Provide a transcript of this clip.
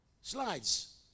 Slides